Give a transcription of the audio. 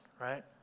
right